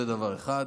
זה דבר אחד.